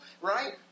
right